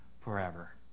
forever